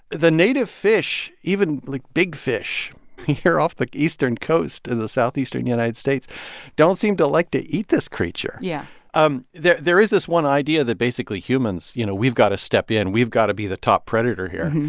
the native fish even, like, big fish here off the eastern coast in the southeastern united states don't seem to like to eat this creature yeah um there there is this one idea that basically, humans you know, we've got to step in. we've got to be the top predator here.